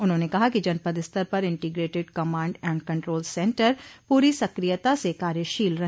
उन्होंने कहा कि जनपद स्तर पर integrated command and control centre पूरी सक्रियता से कार्यशील रहे